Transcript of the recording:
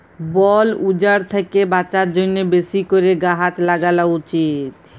বল উজাড় থ্যাকে বাঁচার জ্যনহে বেশি ক্যরে গাহাচ ল্যাগালো উচিত